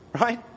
right